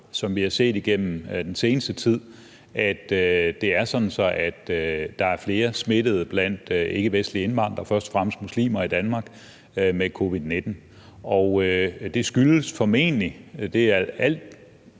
som vi har set igennem den seneste tid, at der er flere smittede med covid-19 blandt ikkevestlige indvandrere – først og fremmest muslimer – i Danmark. Og det skyldes formentlig – det